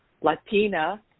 Latina